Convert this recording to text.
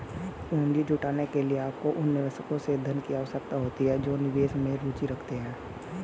पूंजी जुटाने के लिए, आपको उन निवेशकों से धन की आवश्यकता होती है जो निवेश में रुचि रखते हैं